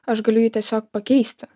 aš galiu jį tiesiog pakeisti